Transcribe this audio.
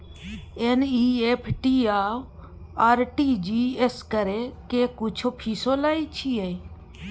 NEFT आ RTGS करै के कुछो फीसो लय छियै?